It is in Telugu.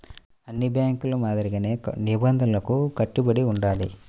అన్ని బ్యేంకుల మాదిరిగానే నిబంధనలకు కట్టుబడి ఉండాలి